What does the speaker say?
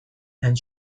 and